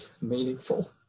meaningful